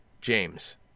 James